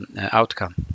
outcome